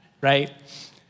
right